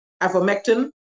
ivermectin